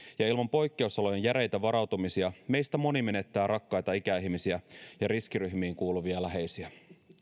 ja ilman poikkeusolojen järeitä varautumisia meistä moni menettää rakkaita ikäihmisiä ja riskiryhmiin kuuluvia läheisiä